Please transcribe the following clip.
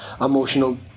emotional